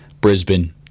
Brisbane